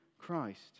Christ